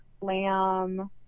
lamb